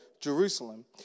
Jerusalem